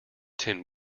tin